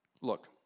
look